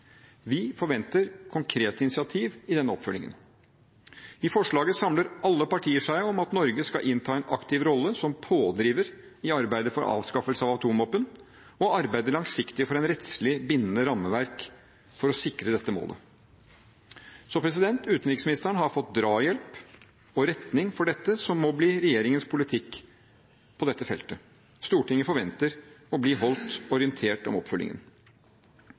Vi forventer konkrete initiativer i oppfølgingen. I forslaget samler alle partier seg om at Norge skal innta en aktiv rolle som pådriver i arbeidet for avskaffelse av atomvåpen og arbeide langsiktig for en rettslig bindende rammeverk for å sikre dette målet. Så utenriksministeren har fått drahjelp og retning for dette som må bli regjeringens politikk på dette feltet. Stortinget forventer å bli holdt orientert om oppfølgingen.